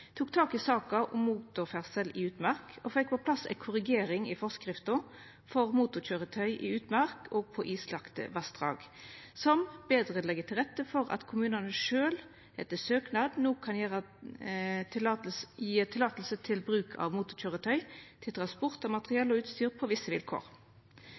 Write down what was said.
tok tak i saka om motorferdsel i utmark og fekk på plass ei korrigering i forskrifta for motorkøyretøy i utmark og på islagde vassdrag, som legg betre til rette for at kommunane sjølve etter søknad no kan gje løyve til bruk av motorkøyretøy til transport av materiell og utstyr på visse vilkår.